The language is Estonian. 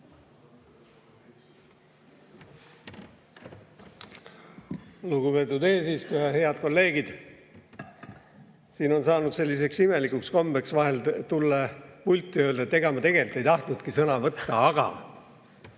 Lugupeetud eesistuja! Head kolleegid! Siin on saanud selliseks imelikuks kombeks tulla vahel pulti ja öelda, et ega ma tegelikult ei tahtnudki sõna võtta, aga ...